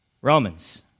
Romans